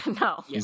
No